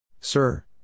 Sir